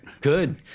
Good